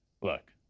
Look